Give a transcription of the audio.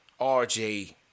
RJ